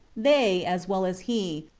they, as well as he,